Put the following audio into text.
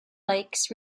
lakes